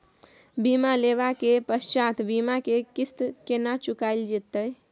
बीमा लेबा के पश्चात बीमा के किस्त केना चुकायल जेतै?